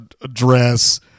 address